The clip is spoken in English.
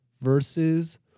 versus